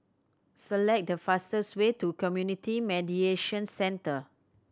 select the fastest way to Community Mediation Centre